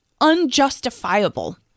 Unjustifiable